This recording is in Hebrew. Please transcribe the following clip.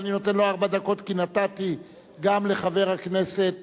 אני נותן לו ארבע דקות כי נתתי גם לחבר הכנסת